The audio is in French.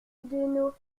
nos